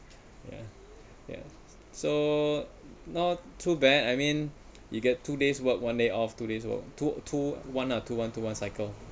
ya ya so not too bad I mean you get two days work one day off two days work two two one ah two one two one cycle